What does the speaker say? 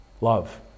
love